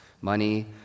money